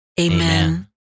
Amen